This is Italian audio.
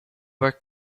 per